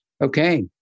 okay